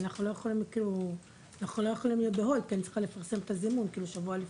אנחנו לא יכולים להיות בהולד כי אנחנו צריכה לפרסם את הדיון שבוע לפני,